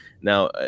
Now